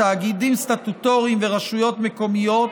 תאגידים סטטוטוריים ורשויות מקומיות,